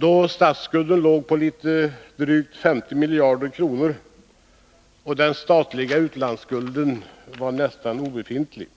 Då statsskulden låg på litet drygt 50 miljarder kronor och den statliga utlandsskulden var nästan obefintlig